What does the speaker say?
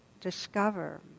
discover